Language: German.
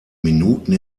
minuten